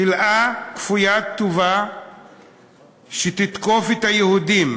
חלאה כפוית טובה שתתקוף את היהודים,